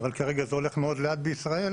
אבל כרגע זה הלוך מאוד לאט בישראל,